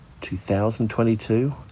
2022